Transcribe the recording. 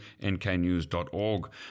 nknews.org